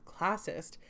classist